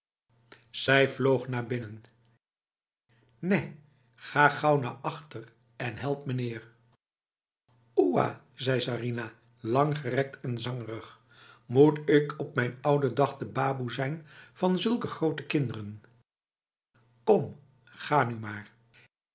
zij vloog naar binnen nèh ga gauw naar achter en help mijnheer oeah zei sarinah langgerekt en zangerig moet ik op mijn oude dag de baboe zijn van zulke grote kinderen kom ga nu maarf